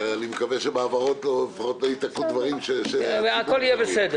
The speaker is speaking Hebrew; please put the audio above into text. אני מקווה שבהעברות לפחות לא ייתקעו דברים --- הכול יהיה בסדר.